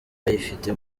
bayifite